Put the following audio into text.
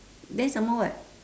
then some more what